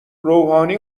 روحانی